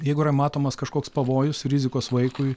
jeigu yra matomas kažkoks pavojus rizikos vaikui